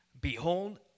Behold